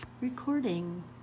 recording